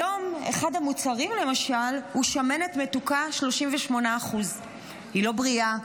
היום אחד המוצרים למשל הוא שמנת מתוקה 38%; היא לא בריאה,